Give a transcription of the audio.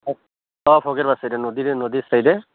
অঁ পাছেদি নদী দে নদীৰ চাইডে